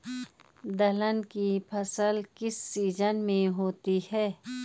दलहन की फसल किस सीजन में होती है?